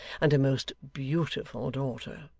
and a most beautiful daughter.